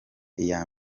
iya